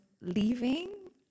leaving